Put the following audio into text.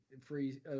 free